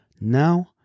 Now